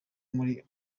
muri